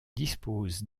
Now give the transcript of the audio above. dispose